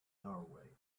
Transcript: doorway